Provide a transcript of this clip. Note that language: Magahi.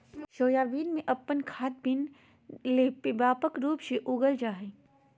सोयाबीन अपन खाद्य बीन ले व्यापक रूप से उगाल जा हइ